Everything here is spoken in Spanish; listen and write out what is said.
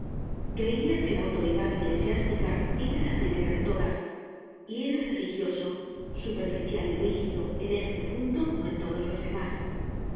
creia que la autoridad eclesiástica era la primera de todas y era religioso superficial y rígido en este punto como en todos los demás